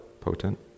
potent